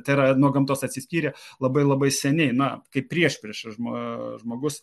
tai yra nuo gamtos atsiskyrė labai labai seniai na kaip priešprieša žmogus